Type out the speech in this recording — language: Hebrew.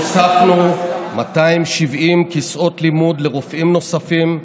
הוספנו 270 כיסאות לימוד לרופאים נוספים,